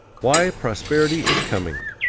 why prosperity is coming